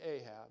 Ahab